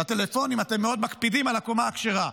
לטלפונים אתם מאוד מקפידים על הקומה הכשרה,